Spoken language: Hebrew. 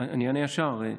אני אענה ישר,